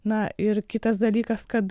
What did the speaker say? na ir kitas dalykas kad